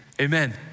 Amen